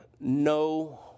no